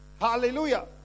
hallelujah